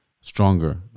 stronger